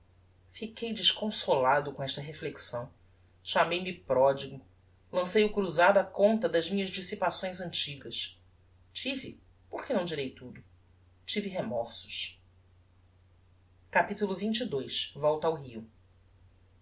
fiquei desconsolado com esta reflexão chamei me prodigo lancei o cruzado á conta das minhas dissipações antigas tive porque não direi tudo tive remorsos capitulo xxii volta ao rio